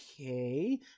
Okay